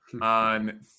on